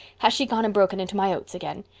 has she gone and broken into my oats again?